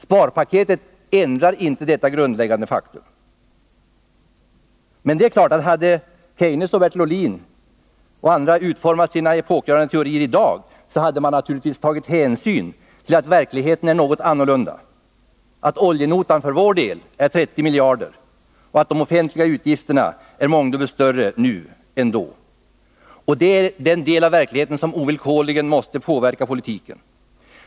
Sparprogrammet ändrar inte detta grundläggande faktum. Det är klart att om Keynes, Bertil Ohlin och andra hade utformat sina epokgörande teorier i dag, så hade de naturligtvis tagit hänsyn till att verkligheten är något annorlunda. De hade exempelvis tagit hänsyn till att oljenotan för vår del är 30 miljarder och till att de offentliga utgifterna är mångdubbelt större nu än då. Det är den del av verkligheten som ovillkorligen måste påverka politiken.